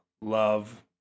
love